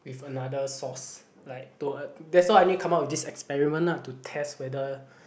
with another source like to uh that's why I need to come up with this experiment lah to test whether